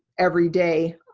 every day,